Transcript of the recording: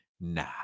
Nah